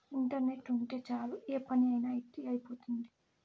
internet ఉంటే చాలు ఏ పని అయినా ఇట్టి అయిపోతుంది